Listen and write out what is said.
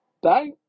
Bye